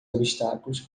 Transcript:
obstáculos